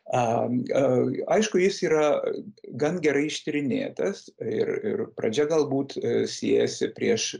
a aišku jis yra gan gerai ištyrinėtas e e pradžia galbūt siejasi prieš